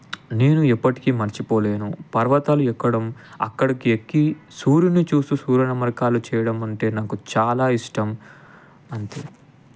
నేను ఎప్పటికీ మర్చిపోలేను పర్వతాలు ఎక్కడం అక్కడికి ఎక్కి సూర్యున్ని చూసి సూర్య నమస్కారాలు చేయడం అంటే నాకు చాలా ఇష్టం అంతే